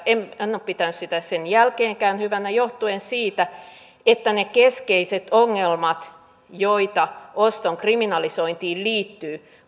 en en ole pitänyt sitä sen jälkeenkään hyvänä johtuen siitä että ne keskeiset ongelmat joita oston kriminalisointiin liittyy